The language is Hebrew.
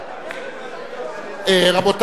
רבותי,